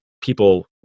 people